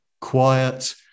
quiet